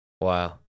Wow